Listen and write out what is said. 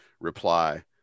reply